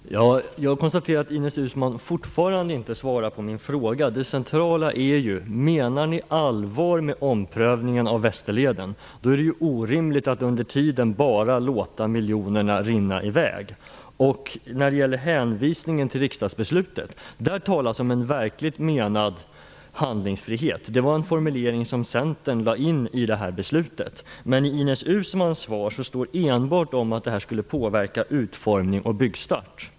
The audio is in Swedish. Fru talman! Jag konstaterar att Ines Uusmann fortfarande inte svarar på min fråga. Den centrala frågan är om ni menar allvar med omprövningen av Västerleden. I så fall är det orimligt att under tiden låta miljonerna rinna i väg. Ines Uusmann hänvisade till ett riksdagsbeslut. Där var det dock fråga om en verkligt menad handlingsfrihet. Det var en formulering som Centern fick med. I Ines Uusmanns svar sades enbart att det här skall påverka utformning och byggstart.